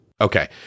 Okay